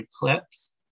clips